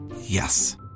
Yes